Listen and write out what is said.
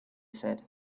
said